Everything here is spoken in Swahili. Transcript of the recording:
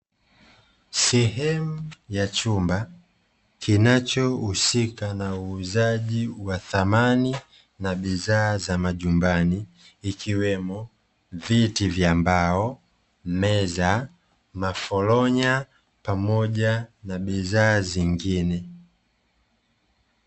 Sehemu ya chumba kinachohusika na uuzaji wa samani, na bidhaa za majumbani. Ikiwemo viti vya mbao, meza, maforonya pamoja na bidhaa zingine.